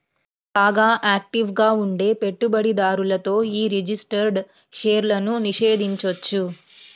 బాగా యాక్టివ్ గా ఉండే పెట్టుబడిదారులతో యీ రిజిస్టర్డ్ షేర్లను నిషేధించొచ్చు